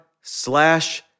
slash